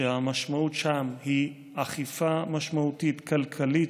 שהמשמעות שם היא אכיפה משמעותית כלכלית,